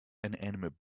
inanimate